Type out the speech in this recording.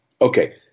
okay